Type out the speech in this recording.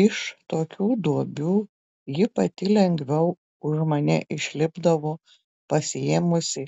iš tokių duobių ji pati lengviau už mane išlipdavo pasiėmusi